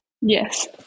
Yes